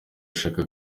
ashaka